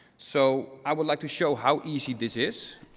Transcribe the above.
so i would like to show how easy this is.